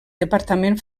departament